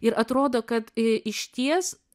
ir atrodo kad ir išties